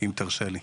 אם תרשה לי.